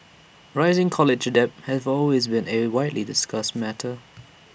rising college debt has always been A widely discussed matter